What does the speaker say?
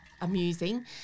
amusing